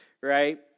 right